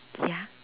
ya